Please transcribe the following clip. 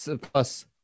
plus